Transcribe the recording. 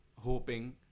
hoping